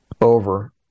over